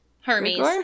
Hermes